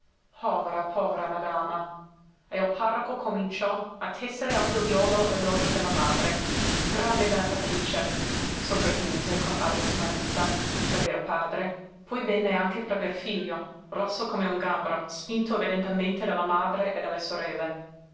povera povera madama e il parroco cominciò a tessere al figliuolo l'elogio della madre grande benefattrice sopraggiunse con aria smarrita prever padre poi venne anche prever figlio rosso come un gambero spinto evidentemente dalla madre e dalle sorelle